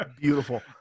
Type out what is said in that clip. beautiful